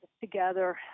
together